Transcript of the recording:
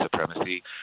supremacy